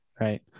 Right